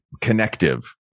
connective